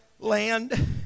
land